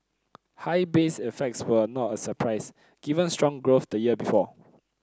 high base effects were not a surprise given strong growth the year before